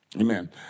Amen